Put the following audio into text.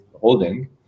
holding